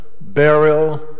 burial